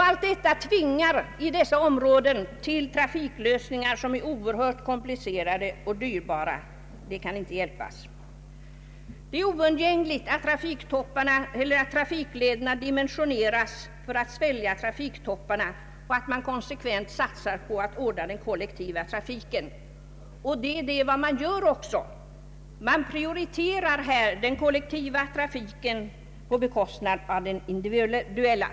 Allt detta framtvingar i dessa områden trafiklösningar som är komplicerade och dyrbara — det kan inte hjälpas. Det är oundgängligen nödvändigt att trafiklederna dimensioneras för att kunna svälja trafiktopparna och att en konsekvent satsning sker på att ordna den kollektiva trafiken. Det är också vad man gör. Den kollektiva trafiken prioriteras på bekostnad av den individuella.